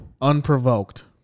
Unprovoked